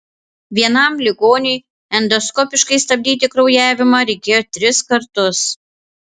vienam ligoniui endoskopiškai stabdyti kraujavimą reikėjo tris kartus